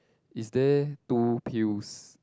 is there two pills